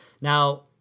now